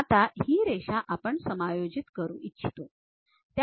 आता ही रेषा आपण समायोजित करू इच्छितो